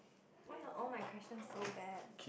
why are all my questions so bad